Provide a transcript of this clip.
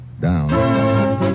down